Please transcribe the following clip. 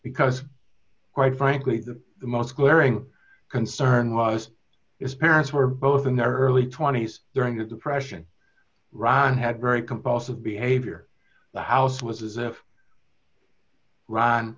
because quite frankly the most glaring concern was its parents were both in their early twenty's during the depression ron had very compulsive behavior the house was as if r